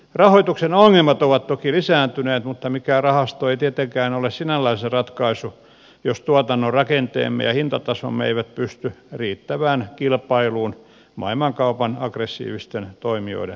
rahoituksen ongelmat ovat toki lisääntyneet mutta mikään rahasto ei tietenkään ole sinällänsä ratkaisu jos tuotannon rakenteemme ja hintatasomme eivät pysty riittävään kilpailuun maailmankaupan aggressiivisten toimijoiden kanssa